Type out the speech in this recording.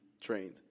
trained